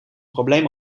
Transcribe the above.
probleem